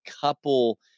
couple